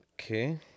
Okay